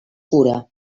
cura